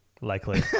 likely